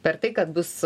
per tai kad bus